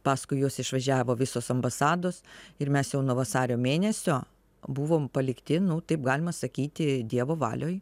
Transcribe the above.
paskui juos išvažiavo visos ambasados ir mes jau nuo vasario mėnesio buvom palikti nu taip galima sakyti dievo valioj